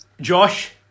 Josh